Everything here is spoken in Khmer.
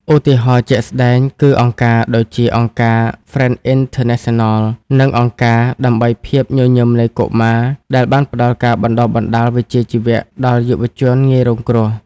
ឧទាហរណ៍ជាក់ស្តែងគឺអង្គការដូចជា អង្គការ ហ្វ្រេនអ៉ីនធឺណាសិនណល និងអង្គការដើម្បីភាពញញឹមនៃកុមារ ដែលបានផ្តល់ការបណ្តុះបណ្តាលវិជ្ជាជីវៈដល់យុវជនងាយរងគ្រោះ។